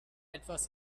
etwas